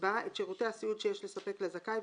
יקבע את שירותי הסיעוד שיש לספק לזכאי,